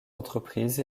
entreprises